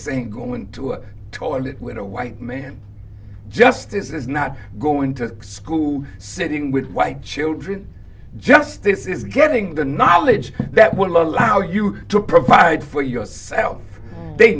same going to a toilet when a white man justice is not going to school sitting with white children justice is giving the knowledge that will allow you to provide for yourself they